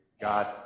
God